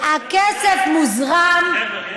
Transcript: הכסף מוזרם, יש חבל?